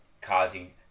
causing